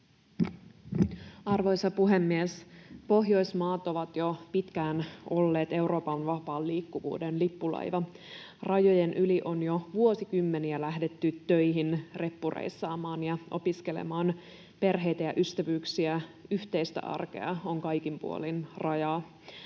Arvoisa puhemies! Pohjoismaat on jo pitkään ollut Euroopan vapaan liikkuvuuden lippulaiva. Rajojen yli on jo vuosikymmeniä lähdetty töihin, reppureissaamaan ja opiskelemaan. Perheitä ja ystävyyksiä, yhteistä arkea, on kaikin puolin rajaa.